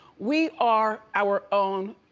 we are our own